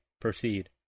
proceed